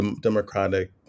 democratic